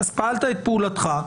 פעלת את פעולתך,